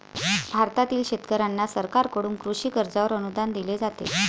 भारतातील शेतकऱ्यांना सरकारकडून कृषी कर्जावर अनुदान दिले जाते